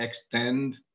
extend